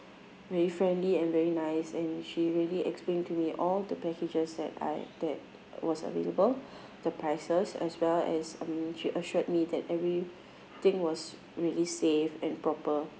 very friendly and very nice and she really explain to me all the packages that I that was available the prices as well as um she assured me that everything was really safe and proper